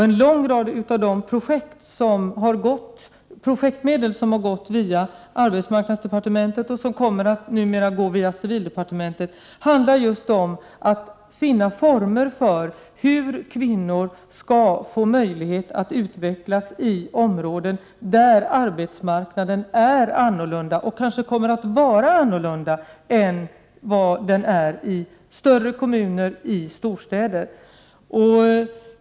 En rad av de projektmedel som gått via arbetsmarknadsdepartementet, och som nu kommer att gå via civildepartementet, används just till att finna former för hur kvinnor skall få möjlighet att utvecklas i områden där arbetsmarknaden är annorlunda och kanske kommer att vara annorlunda än vad den är i större kommuner och i storstäder.